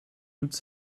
toute